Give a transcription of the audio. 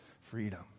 freedom